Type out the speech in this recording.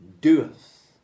Doeth